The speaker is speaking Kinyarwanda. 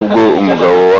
umugabo